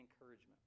encouragement